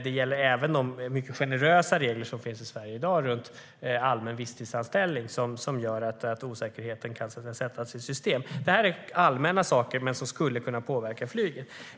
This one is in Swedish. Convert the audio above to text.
Det gäller även de mycket generösa regler för allmän visstidsanställning som finns i Sverige i dag och som gör att osäkerheten kan sättas i system. Det här är allmänna saker som skulle kunna påverka flyget.